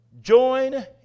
join